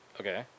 Okay